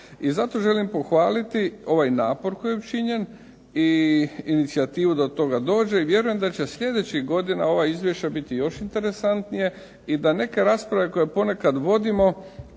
I zato želim pohvaliti ovaj napor koji je učinjen i inicijativu da do toga dođe i vjerujem da će sljedećih godina ova izvješća biti još interesantnije i da neke rasprave koje ponekad vodimo